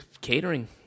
Catering